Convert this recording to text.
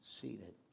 seated